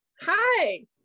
Hi